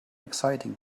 exciting